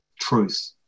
truth